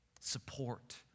Support